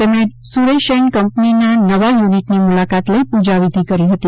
તેમણે સુરેશ એન્ડ કંપનીના નવા યુનિટની મૂલાકાત લઇ પૂજાવિધિ કરી હતી